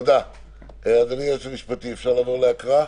אדוני היועץ המשפטי, אפשר לעבור להקראה?